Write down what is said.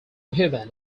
human